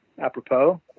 Apropos